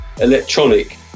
electronic